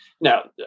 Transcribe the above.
Now